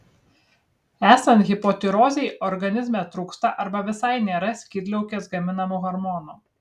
esant hipotirozei organizme trūksta arba visai nėra skydliaukės gaminamų hormonų